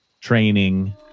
training